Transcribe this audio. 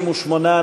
58,